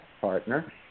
partner